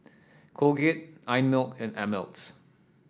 Colgate Einmilk and Ameltz